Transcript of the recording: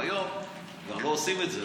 היום כבר לא עושים את זה,